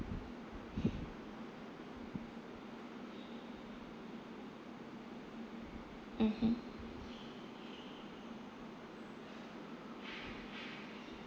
mmhmm